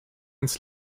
ins